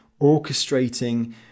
orchestrating